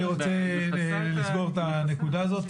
אני רוצה לסגור את הנקודה הזאת,